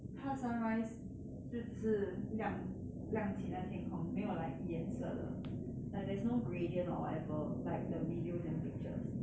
它 sunrise 就只是亮亮起那个天空没有 like 颜色的 like there's no gradient or whatever like the videos and pictures